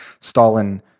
Stalin